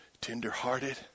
tenderhearted